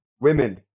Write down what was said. women